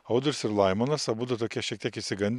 audrius ir laimonas abudu tokie šiek tiek išsigandę